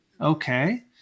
okay